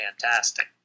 fantastic